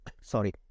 sorry